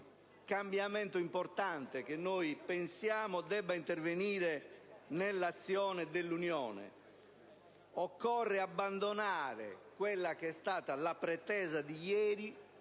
cambiamento importante, che riteniamo debba intervenire nell'azione dell'Unione. Occorre abbandonare la pretesa di ieri